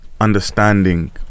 understanding